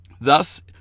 thus